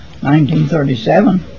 1937